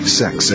sex